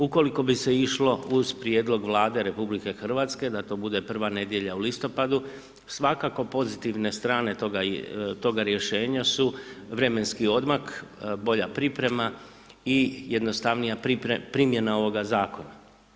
Ukoliko bi se išlo uz prijedlog Vlade RH da to bude prva nedjelja u listopadu svakako pozitivne strane toga rješenja su vremenski odmak, bolja priprema i jednostavnija primjena ovoga zakona.